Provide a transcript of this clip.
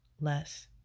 less